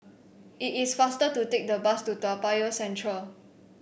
it is faster to take the bus to Toa Payoh Central